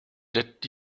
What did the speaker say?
that